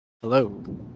Hello